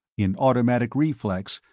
in automatic reflex,